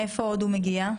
מאיפה עוד הוא מגיע?